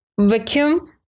vacuum